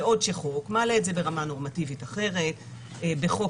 בעוד שחוק מעלה את זה ברמה נורמטיבית אחרת, בחוק